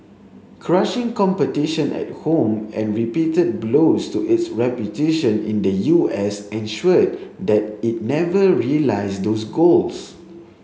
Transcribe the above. crushing competition at home and repeated blows to its reputation in the U S ensured that it never realised those goals